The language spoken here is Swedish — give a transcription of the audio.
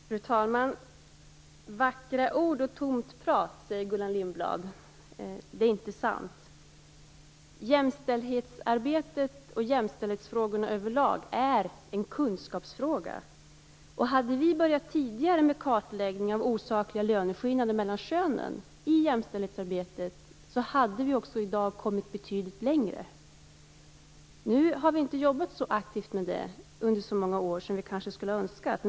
Fru talman! Gullan Lindblad säger att det är vackra ord och tomt prat. Det är inte sant. Jämställdhetsarbetet och jämställdhetsfrågorna över lag är en kunskapsfråga. Hade vi börjat tidigare med kartläggning av osakliga löneskillnader mellan könen i jämställdhetsarbetet hade vi också kommit betydligt längre i dag. Nu har vi inte jobbat så aktivt med det under så många år som vi kanske skulle ha önskat.